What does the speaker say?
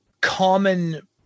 common